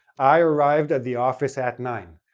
i arrived at the office at nine.